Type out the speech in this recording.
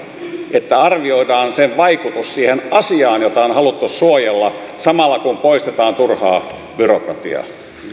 että arvioidaan sen vaikutus itse siihen asiaan jota on haluttu suojella samalla kun poistetaan turhaa byrokratiaa